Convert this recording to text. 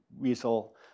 Weasel